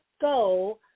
go